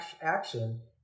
action